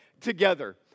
together